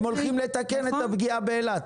הם הולכים לתקן את הפגיעה באילת.